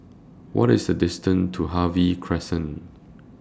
What IS The distance to Harvey Crescent